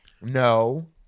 No